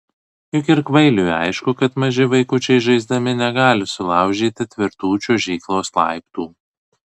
juk ir kvailiui aišku kad maži vaikučiai žaisdami negali sulaužyti tvirtų čiuožyklos laiptų